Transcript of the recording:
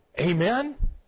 Amen